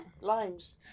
Limes